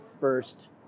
first